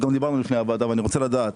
גם דיברנו לפניו הישיבה ואני רוצה לדעת.